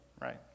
right